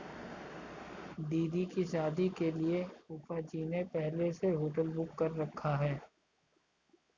दीदी की शादी के लिए फूफाजी ने पहले से होटल बुक कर रखा है